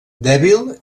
dèbil